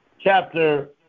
chapter